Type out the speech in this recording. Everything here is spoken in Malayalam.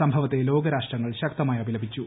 സംഭവത്തെ ലോകരാഷ്ട്രങ്ങൾ ശക്തരായി അപലപിച്ചു